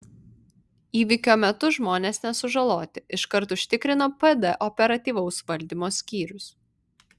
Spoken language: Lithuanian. įvykio metu žmonės nesužaloti iškart užtikrino pd operatyvaus valdymo skyrius